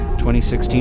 2016